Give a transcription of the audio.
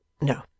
No